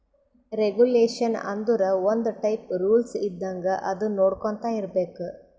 regulation ಆಂದುರ್ ಒಂದ್ type rules ಇದ್ದಂಗ ಅದು ನೊಡ್ಕೊಂತಾ ಇರ್ಬೇಕ್